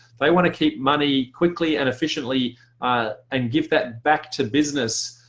they want to keep money quickly and efficiently and give that back to business.